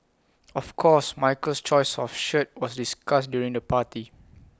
of course Michael's choice of shirt was discussed during the party